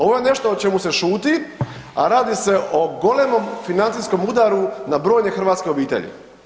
Ovo je nešto o čemu se šuti, a radi se o golemom financijskom udaru na brojne hrvatske obitelji.